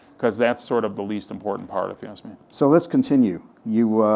cause that's sort of the least important part, if you ask me. so let's continue. you